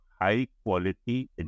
high-quality